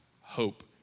hope